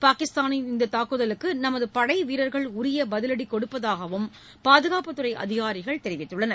பாகிஸ்தானின் இந்த தாக்குதலுக்கு நமது படை வீரர்கள் உரிய பதிலடி கொடுப்பதாகவும் பாதுகாப்புத் துறை அதிகாரிகள் தெரிவித்தனர்